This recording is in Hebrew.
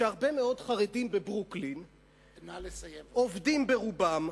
שהרבה מאוד חרדים בברוקלין עובדים, רובם.